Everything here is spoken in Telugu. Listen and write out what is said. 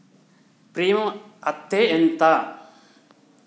ప్రీమియం అత్తే ఎంత?